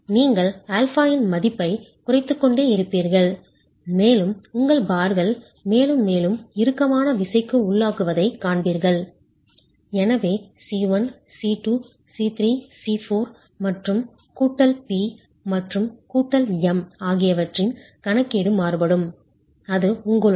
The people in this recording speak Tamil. நீங்கள் α இன் மதிப்பைக் குறைத்துக் கொண்டே இருப்பீர்கள் மேலும் உங்கள் பார்கள் மேலும் மேலும் இறுக்கமான விசைக்கு உள்ளாகுவதைக் காண்பீர்கள் எனவே C 1 C 2 C 3 C 4 மற்றும் Σ P மற்றும் Σ M ஆகியவற்றின் கணக்கீடு மாறுபடும் அது உங்களுடையது